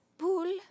pool